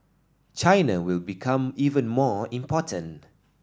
China will become even more important